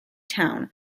towne